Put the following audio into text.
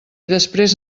després